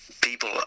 people